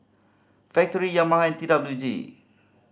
Factorie Yamaha T W G